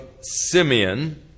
Simeon